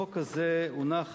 החוק הזה הונח